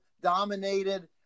dominated